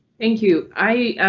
thank you i